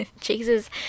Jesus